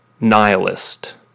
nihilist